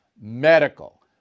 Medical